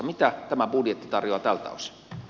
mitä tämä budjetti tarjoaa tältä osin